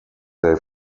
they